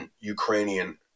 Ukrainian